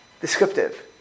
descriptive